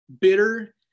bitter